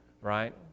right